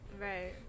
Right